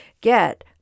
get